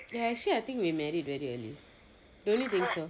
ya actually I think we married very early don't you think so